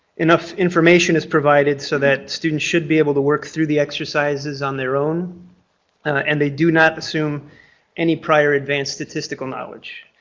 enough information is provided so that students should be able to work through the exercises on their own and they do not assume any prior advanced statistical knowledge.